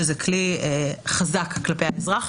שזה כלי חזק כלפי האזרח.